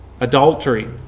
adultery